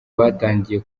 batangiye